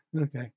Okay